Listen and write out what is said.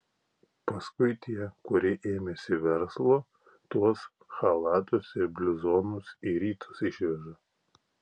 paskui tie kurie ėmėsi verslo tuos chalatus ir bliuzonus į rytus išveža